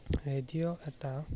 radio এটা